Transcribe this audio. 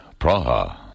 Praha